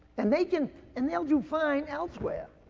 and they can and they'll do find elsewhere.